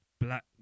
black